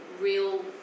real